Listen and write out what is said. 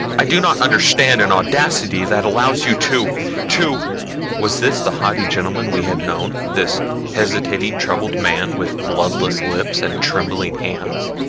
i do not understand an audacity that allows you to to was this the haughty gentleman we had known, this hesitating troubled man with bloodless lips and trembling hands?